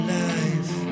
life